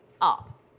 up